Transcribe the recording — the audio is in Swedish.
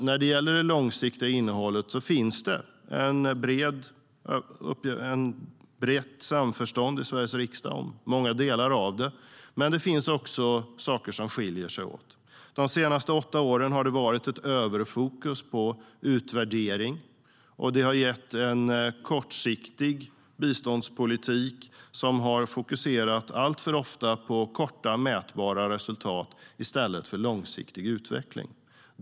När det gäller det långsiktiga innehållet finns ett brett samförstånd i Sveriges riksdag om många delar. Men det finns också saker som skiljer sig åt. De senaste åtta åren har det varit överfokus på utvärdering. Det har gett en kortsiktig biståndspolitik som alltför ofta har fokuserat på korta, mätbara resultat i stället för långsiktig utveckling.